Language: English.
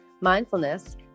Mindfulness